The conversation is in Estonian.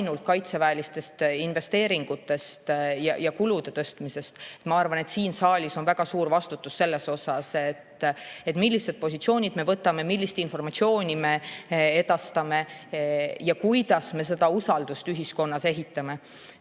ainult kaitseväelastest, investeeringutest ja kulude suurendamisest. Ma arvan, et siin saalis on väga suur vastutus selle eest, millised positsioonid me võtame, millist informatsiooni me edastame ja kuidas me usaldust ühiskonnas ehitame.